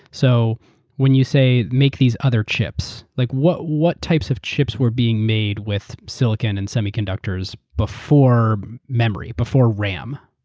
so when you say make these other chips, like what what types of chips were being made with silicon and semiconductors before memory, before ram?